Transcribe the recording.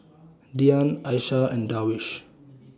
Dian Aishah and Darwish